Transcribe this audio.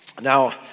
Now